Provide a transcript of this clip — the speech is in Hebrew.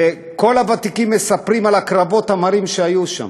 וכל הוותיקים מספרים על הקרבות המרים שהיו שם.